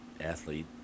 athlete